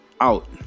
out